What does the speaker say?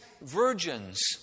virgins